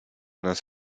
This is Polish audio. nas